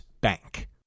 Bank